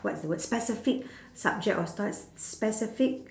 what's the word specific subject or specific